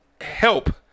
help